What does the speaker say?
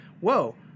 whoa